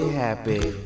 happy